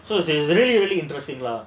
so she's really really interesting lah